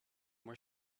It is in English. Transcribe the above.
were